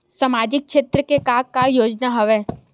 सामाजिक क्षेत्र के बर का का योजना हवय?